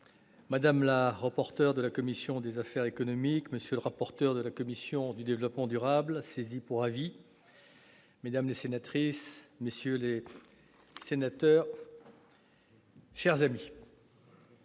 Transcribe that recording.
madame le rapporteur de la commission des affaires économiques, monsieur le rapporteur de la commission du développement durable, saisie pour avis, mesdames les sénatrices, messieurs les sénateurs, chers amis,